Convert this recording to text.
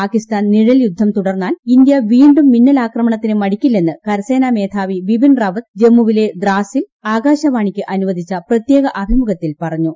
പാകിസ്ഥാൻ നിഴൽയുദ്ധം തുടർന്നാൽ ഇന്ത്യ വീണ്ടും മിന്നൽ ആക്രമണത്തിന് മടിക്കില്ലെന്ന് കരസേനാ മേധാവി ബിപിൻ റാവത്ത് ജമ്മുവിലെ ദ്രാസിൽ ആകാശവാണിയ്ക്ക് അനുവദിച്ച പ്രത്യേക അഭിമുഖത്തിൽ പറഞ്ഞു